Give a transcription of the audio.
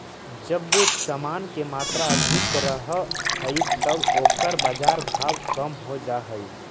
जब समान के मात्रा अधिक रहऽ हई त ओकर बाजार भाव कम हो जा हई